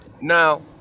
now